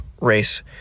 race